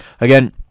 again